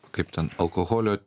kaip ten alkoholio